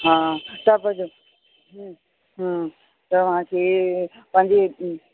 हा हम्म तव्हांखे पंहिंजे